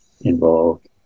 involved